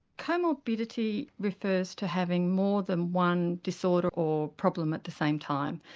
comorbidity refers to having more than one disorder or problem at the same time.